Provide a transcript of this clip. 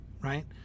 Right